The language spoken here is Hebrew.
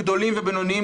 גדולים ובינוניים,